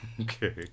Okay